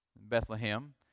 Bethlehem